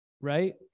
right